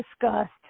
discussed